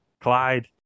Clyde